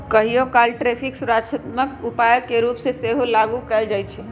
कहियोकाल टैरिफ सुरक्षात्मक उपाय के रूप में सेहो लागू कएल जाइ छइ